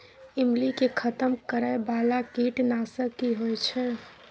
ईमली के खतम करैय बाला कीट नासक की होय छै?